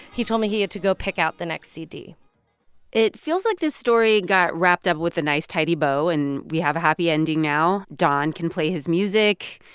he told me he had to go pick out the next cd it feels like this story got wrapped up with a nice, tidy bow. and we have a happy ending now. don can play his music.